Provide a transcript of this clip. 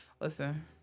Listen